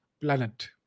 planet